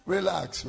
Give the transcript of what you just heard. Relax